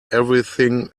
everything